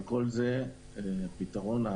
אבל הפתרון שהזכרתי,